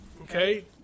Okay